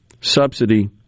subsidy